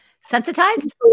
sensitized